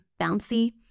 bouncy